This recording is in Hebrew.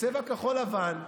בצבע כחול-לבן,